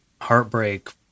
heartbreak